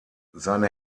seine